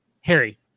Harry